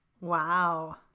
wow